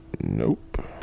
Nope